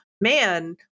man